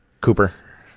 Cooper